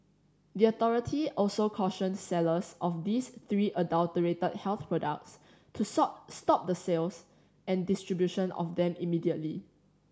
the authority also cautioned sellers of these three adulterated health products to stop stop the sales and distribution of them immediately